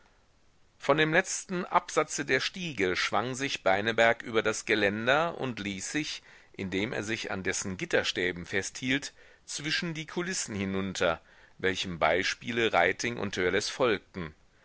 von dem letzten absatze der stiege schwang sich beineberg über das geländer und ließ sich indem er sich an dessen gitterstäben festhielt zwischen die kulissen hinunter welchem beispiele reiting und törleß folgten